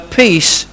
peace